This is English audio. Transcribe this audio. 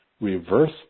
reverse